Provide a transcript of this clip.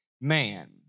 man